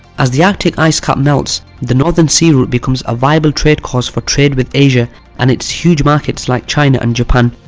as the arctic ice cap melts, the northern sea route becomes a viable trade course for trade with asia and its huge markets like china and japan,